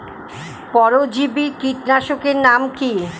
পরজীবী কীটনাশকের নাম কি?